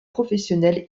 professionnel